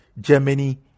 Germany